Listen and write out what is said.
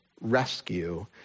rescue